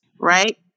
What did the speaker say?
right